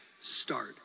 start